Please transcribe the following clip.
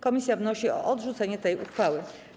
Komisja wnosi o odrzucenie tej uchwały.